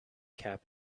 cap